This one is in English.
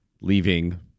leaving